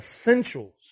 essentials